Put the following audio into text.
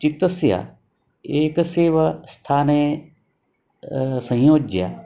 चित्तस्य एकस्यैव स्थाने संयोज्य